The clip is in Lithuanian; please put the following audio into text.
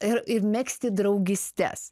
ir ir megzti draugystes